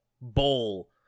bowl